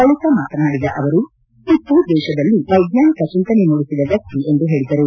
ಬಳಕ ಮಾತನಾಡಿದ ಅವರು ಟಿಪ್ಪು ದೇಶದಲ್ಲಿ ವೈಜ್ಞಾನಿಕ ಚಿಂತನೆ ಮೂಡಿಸಿದ ವ್ಯಕ್ತಿ ಎಂದು ಹೇಳಿದರು